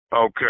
Okay